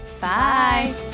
bye